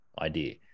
idea